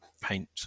paint